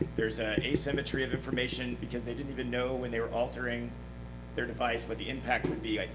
there's an asymmetry of information because they didn't even know when they were altering their device what the impact would be.